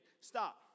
Stop